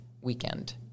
weekend